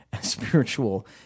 spiritual